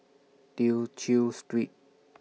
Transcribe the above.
Tew Chew Street